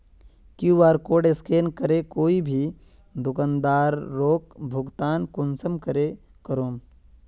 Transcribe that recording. QR code scan करे कोई भी दुकानदारोक भुगतान कुंसम करे करूम?